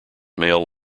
male